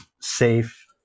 safe